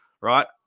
Right